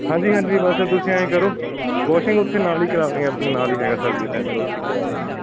ਹਾਂਜੀ ਹਾਂਜੀ ਬਸ ਤੁਸੀਂ ਐਂ ਕਰੋ ਵੋਸ਼ਿੰਗ ਉੱਥੇ ਨਾਲ ਹੀ ਕਰਾਦਾਂਗੇ ਆਪਣੇ ਨਾਲ ਹੀ ਹੈਗਾ ਸਰਵਿਸ ਸੈਂਟਰ ਉੱਥੇ ਹੀ ਕਰਵਾਦਾਂਗੇ